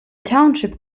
township